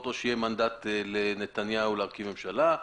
או שיהיה מנדט לנתניהו להרכיב ממשלה,